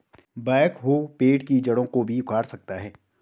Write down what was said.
backhoe पेड़ की जड़ों को भी उखाड़ सकता है